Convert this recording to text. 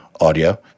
Audio